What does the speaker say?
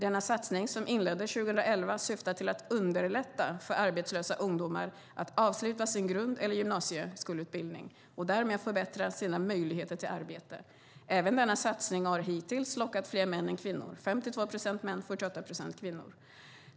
Denna satsning, som inleddes 2011, syftar till att underlätta för arbetslösa ungdomar att avsluta sin grund eller gymnasieskoleutbildning och därmed förbättra sina möjligheter till arbete. Även denna satsning har hittills lockat fler män än kvinnor, 52 procent män och 48 procent kvinnor.